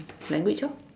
language orh